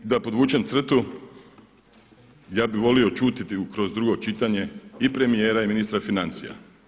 Da podvučem crtu, ja bih volio čuti kroz drugo čitanje i premijera i ministra financija.